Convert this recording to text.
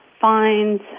fines